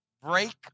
Break